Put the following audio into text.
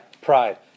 pride